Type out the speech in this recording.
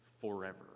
forever